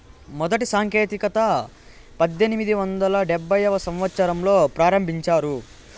మొదటి సాంకేతికత పద్దెనిమిది వందల డెబ్భైవ సంవచ్చరంలో ప్రారంభించారు